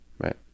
Right